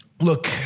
Look